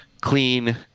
clean